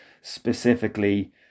specifically